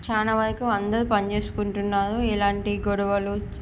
చాలా వరకు అందరూ పని చేసుకుంటున్నారు ఏలాంటి గొడవలు